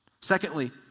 Secondly